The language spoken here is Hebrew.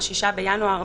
ה-6 בינואר,